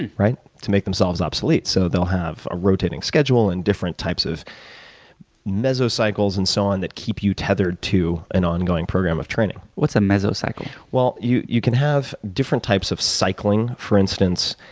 and right? to make themselves obsolete. so they'll have a rotating schedule and different types of mesocycles and so on that keep you tethered to an ongoing program of training. what's a mesocycle? you you can have different types of cycling. for instance,